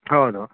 ಹೌದು